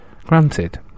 Granted